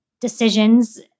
decisions